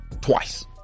twice